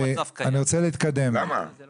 אם אנחנו